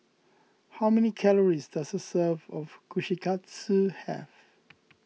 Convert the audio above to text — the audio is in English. how many calories does a serving of Kushikatsu have